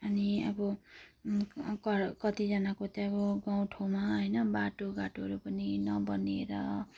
अनि अब कर कतिजनाको चाहिँ अब गाउँठाउँमा होइन बाटोघाटोहरू पनि नबनिएर